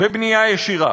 בבנייה ישירה.